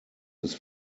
his